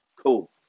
cool